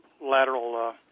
lateral